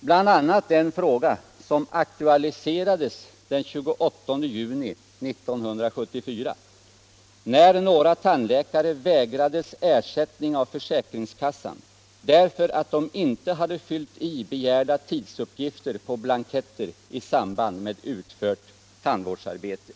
bl.a. den fråga som aktualiserades den 28 juni 1974, när några tandläkare vägrades ersättning av försäkringskassan därför att de inte hade fyllt i begärda tidsuppgifter på blanketter i samband med utfört tandvårdsarbete.